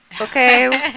okay